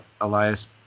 Elias